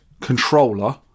controller